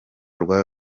rwa